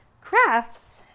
crafts